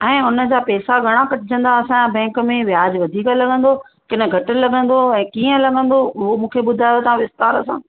ऐं उनजा पैसा घणा कटजंदा असांजा बैंक में व्याज वधीक लगंदो के न घटि लगंदो ऐं कीअं लगंदो उहो मूंखे ॿुधायो तव्हां विस्तार सां